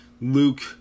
Luke